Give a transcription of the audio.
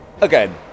again